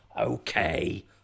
Okay